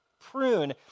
prune